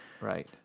right